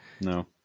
No